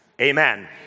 Amen